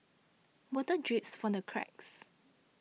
water drips from the cracks